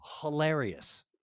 hilarious